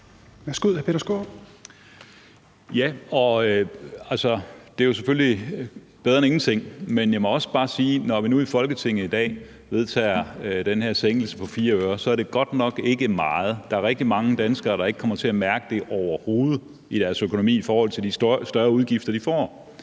Det er selvfølgelig bedre end ingenting, men jeg må også bare sige, at det, at vi nu i Folketinget i dag har vedtaget den her sænkning på 4 øre, godt nok ikke meget. Der er rigtig mange danskere, der overhovedet ikke kommer til at mærke det i deres økonomi i forhold til de større udgifter, de får.